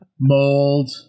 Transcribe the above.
Mold